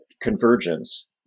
convergence